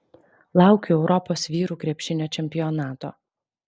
laukiu europos vyrų krepšinio čempionato